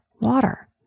water